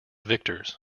victors